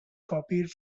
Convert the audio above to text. copied